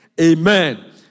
Amen